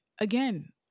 again